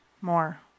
more